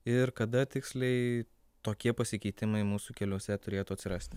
ir kada tiksliai tokie pasikeitimai mūsų keliuose turėtų atsirasti